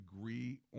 agree